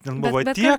ten buvo tiek